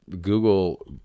Google